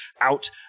out